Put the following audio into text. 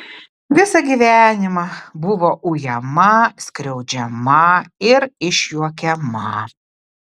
visą gyvenimą buvo ujama skriaudžiama ir išjuokiama